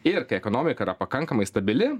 ir kai ekonomika yra pakankamai stabili